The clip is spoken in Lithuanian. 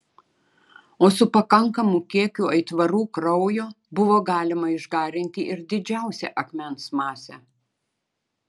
o su pakankamu kiekiu aitvarų kraujo buvo galima išgarinti ir didžiausią akmens masę